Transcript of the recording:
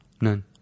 None